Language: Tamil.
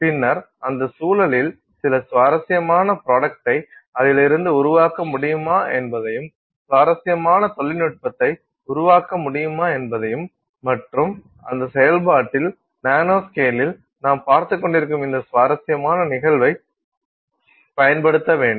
பின்னர் அந்த சூழலில் சில சுவாரஸ்யமான ப்ராடக்டை அதிலிருந்து உருவாக்க முடியுமா என்பதையும் சுவாரஸ்யமான தொழில்நுட்பத்தை உருவாக்க முடியுமா என்பதையும் மற்றும் அந்த செயல்பாட்டில் நானோ ஸ்கேலில் நாம் பார்த்துக்கொண்டிருக்கும் இந்த சுவாரஸ்யமான நிகழ்வைப் பயன்படுத்த வேண்டும்